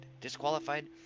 disqualified